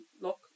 look